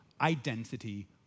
identity